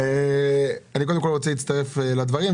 אני מצטרף לדברים,